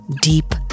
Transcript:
deep